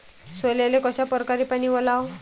सोल्याले कशा परकारे पानी वलाव?